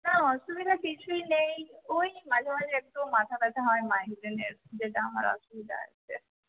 না অসুবিধা কিছুই নেই ওই মাঝেমাঝে একটু মাথাব্যথা হয় মাইগ্রেনের যেটা আমার অসুবিধা হচ্ছে